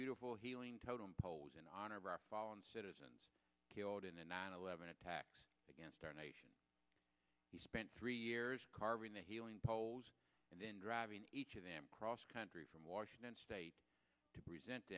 beautiful healing totem poles in honor of our fallen citizens killed in the nine eleven attacks against our nation he spent three years carving the healing poles and then driving each of them cross country from washington state to present